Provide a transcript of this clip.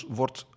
wordt